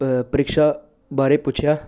ਪ੍ਰੀਖਿਆ ਬਾਰੇ ਪੁੱਛਿਆ